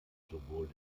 sowohl